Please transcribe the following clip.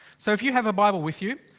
so if you have a bible with you.